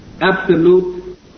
absolute